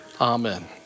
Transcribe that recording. Amen